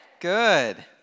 Good